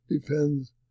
depends